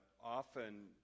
often